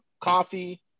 coffee